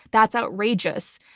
that's outrageous.